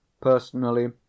personally